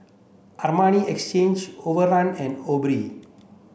Armani Exchange Overrun and